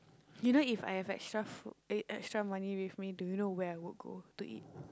you know If I have extra food eh extra money with me do you know where I would go to eat